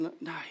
no